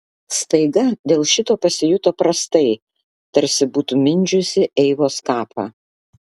staiga dėl šito pasijuto prastai tarsi būtų mindžiusi eivos kapą